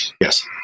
Yes